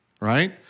right